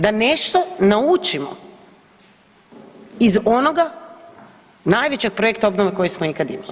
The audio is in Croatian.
Da nešto naučimo iz onoga, najvećeg projekta obnove koji smo ikad imali?